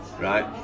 Right